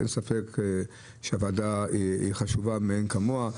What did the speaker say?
אין ספק שהוועדה חשובה מאין כמוה,